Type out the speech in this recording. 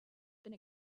been